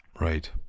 Right